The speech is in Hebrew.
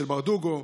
של ברדוגו.